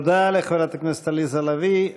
תודה לחברת הכנסת עליזה לביא.